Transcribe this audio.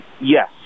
Yes